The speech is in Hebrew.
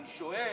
אני שואל,